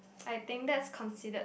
I think that's considered